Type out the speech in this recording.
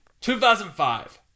2005